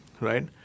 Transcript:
right